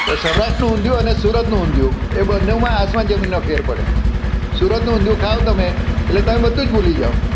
પણ સૌરાષ્ટ્રનું ઊંધિયું અને સુરતનું ઊંધિયું એ બન્નેમાં આસમાન જમીનનો ફેર પડે સુરતનું ઊંધિયું ખાઓ તમે એટલે તમે બધું જ ભૂલી જાઓ